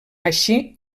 així